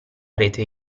rete